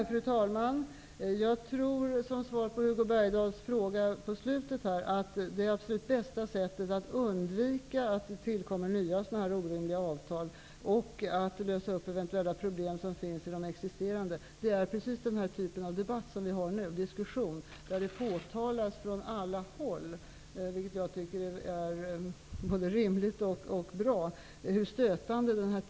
Fru talman! Som svar på Hugo Bergdahls sista fråga, vill jag säga att jag tror att det absolut bästa sättet att undvika att det tillkommer nya orimliga avtal och för att lösa upp eventuella problem som finns i de existerande, är precis den här typen av debatt som vi har nu. En diskussion där det från alla håll påtalas hur stötande den här typen av inslag är. Det tycker jag är rimligt och bra.